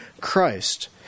Christ